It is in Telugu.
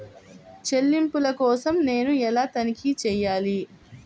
చెల్లింపుల కోసం నేను ఎలా తనిఖీ చేయాలి?